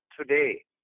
today